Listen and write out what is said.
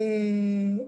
בבקשה.